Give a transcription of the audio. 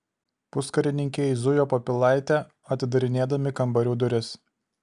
puskarininkiai zujo po pilaitę atidarinėdami kambarių duris